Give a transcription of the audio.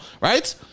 Right